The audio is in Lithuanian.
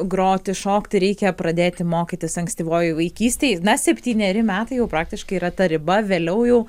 groti šokti reikia pradėti mokytis ankstyvoj vaikystėj na septyneri metai jau praktiškai yra ta riba vėliau jau